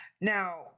Now